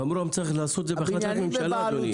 ראש הממשלה צריך לעשות את זה בהחלטת ממשלה, אדוני.